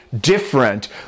different